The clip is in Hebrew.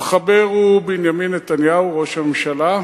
המחבר הוא בנימין נתניהו, ראש הממשלה.